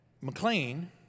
McLean